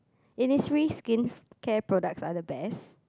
Innisfree skincare products are the best